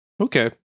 Okay